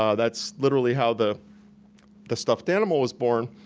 um that's literally how the the stuffed animal was born.